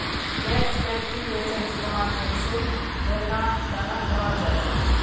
tax calculator इस्तेमाल टेक्सेर गणनार त न कराल जा छेक